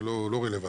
זה לא רלוונטי.